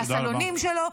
מהסלונים שלו,